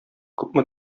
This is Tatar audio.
күпме